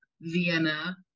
Vienna